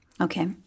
Okay